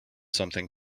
something